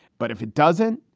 but if it doesn't,